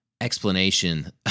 explanation